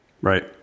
Right